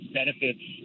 benefits